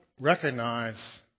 recognize